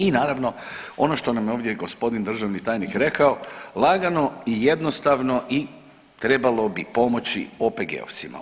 I naravno ono što nam je ovdje g. državni tajnik rekao, lagano i jednostavno i trebalo bi pomoći OPG-ovcima.